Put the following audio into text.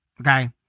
okay